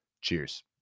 cheers